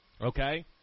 okay